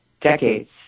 decades